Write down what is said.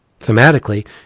thematically